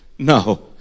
No